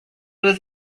was